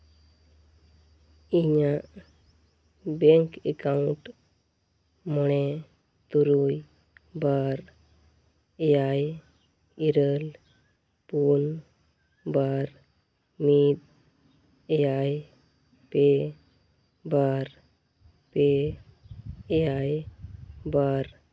ᱤᱧᱟᱹᱜ bank account ᱢᱚᱬᱮ ᱛᱩᱨᱩᱭ ᱵᱟᱨ ᱮᱭᱟᱭ ᱤᱨᱟᱹᱞ ᱯᱩᱱ ᱵᱟᱨ ᱢᱤᱫ ᱮᱭᱟᱭ ᱯᱮ ᱵᱟᱨ ᱯᱮ ᱮᱭᱟᱭ ᱵᱟᱨ